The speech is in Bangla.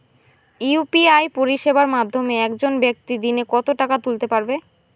ইউ.পি.আই পরিষেবার মাধ্যমে একজন ব্যাক্তি দিনে কত টাকা তুলতে পারবে?